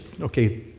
okay